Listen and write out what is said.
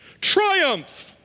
Triumph